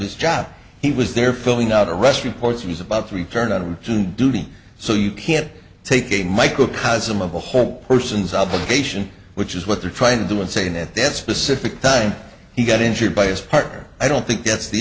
his job he was there filling out a rest reports he's about to return to duty so you can't take a microcosm of a whole person's obligation which is what they're trying to do and saying that they had specific time he got injured by his partner i don't think that's the